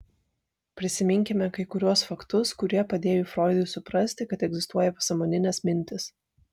prisiminkime kai kuriuos faktus kurie padėjo froidui suprasti kad egzistuoja pasąmoninės mintys